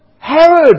Herod